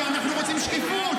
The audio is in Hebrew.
כי אנחנו רוצים שקיפות.